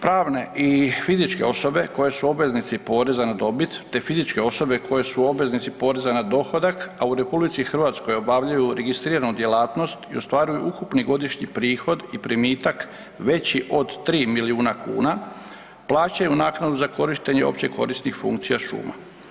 Pravne i fizičke osobe koje su obveznici poreza na dobit te fizičke osobe koje su obveznici poreza na dohodak, a u RH obavljaju registriranu djelatnost i ostvaruju ukupni godišnji prihod i primitak veći od 3 milijuna kuna plaćaju naknadu za korištenje općekorisnih funkcija šuma.